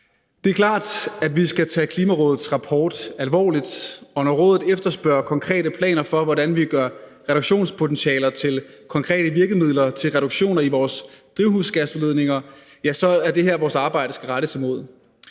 Det er klart, at vi skal tage Klimarådets rapport alvorligt, og når rådet efterspørger konkrete planer for, hvordan vi gør reduktionspotentialer til konkrete virkemidler, altså til reduktioner i vores drivhusgasudledninger, ja, så er det herimod, vores arbejde skal rettes.